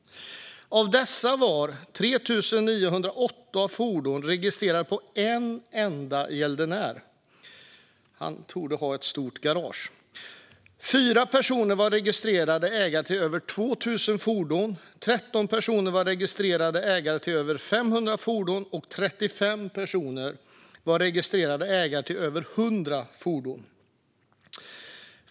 Av dessa var 3 908 fordon registrerade på en enda gäldenär. Han torde ha ett stort garage. Fyra personer var registrerade ägare till över 2 000 fordon, 13 personer var registrerade ägare till över 500 fordon och 35 personer var registrerade ägare till över 100 fordon.